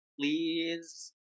Please